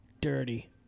Dirty